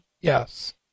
Yes